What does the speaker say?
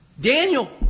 Daniel